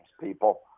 people